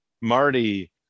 Marty